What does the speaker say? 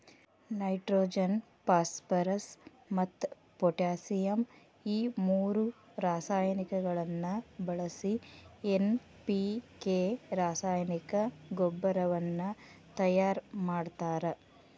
nitrogen phosphorus ಮತ್ತ್ potassium ಈ ಮೂರು ರಾಸಾಯನಿಕಗಳನ್ನ ಬಳಿಸಿ ಎನ್.ಪಿ.ಕೆ ರಾಸಾಯನಿಕ ಗೊಬ್ಬರವನ್ನ ತಯಾರ್ ಮಾಡ್ತಾರ